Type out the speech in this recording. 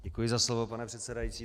Děkuji za slovo, pane předsedající.